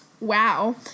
wow